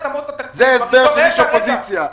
זה הסבר של איש אופוזיציה.